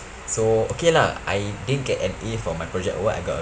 so okay lah I didn't get an A for my project what I got a